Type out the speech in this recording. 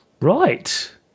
Right